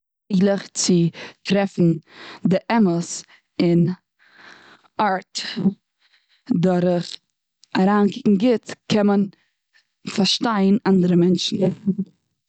מעגליך צו טרעפן די אמת און ארט. דורך אריינקוקן גוט קען מען פארשטיין אנדערע מענטשן.